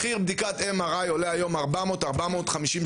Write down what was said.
מחיר בדיקת MRI הוא היום 450-400 שקלים.